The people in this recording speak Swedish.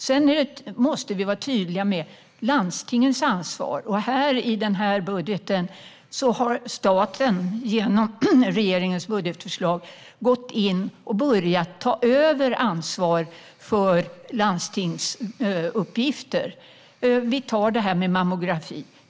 Sedan måste vi vara tydliga med landstingens ansvar. I den här budgeten har staten genom regeringens budgetförslag börjat ta över ansvar för landstingsuppgifter. Ta detta med mammografi.